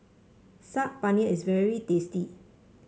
Saag Paneer is very tasty